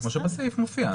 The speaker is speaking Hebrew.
כמו שמופיע בסעיף.